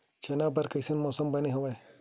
चना बर कइसन मौसम बने हवय?